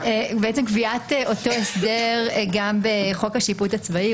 קביעת אותו הסדר גם בחוק השיפוט הצבאי.